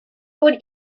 would